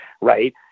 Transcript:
Right